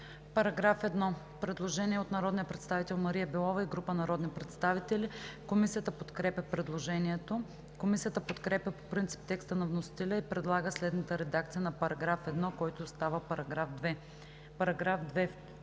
направено предложение от народния представител Мария Белова и група народни представители. Комисията подкрепя предложението. Комисията подкрепя по принцип текста на вносителя и предлага следната редакция на § 6, който става § 7: „§ 7.